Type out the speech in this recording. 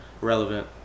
relevant